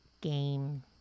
Game